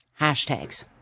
Hashtags